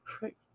Right